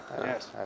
Yes